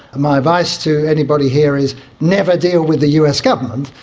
my advice to anybody here is never deal with the us government.